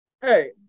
Hey